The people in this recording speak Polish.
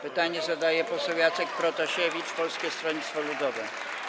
Pytanie zadaje poseł Jacek Protasiewicz, Polskie Stronnictwo Ludowe.